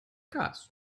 gas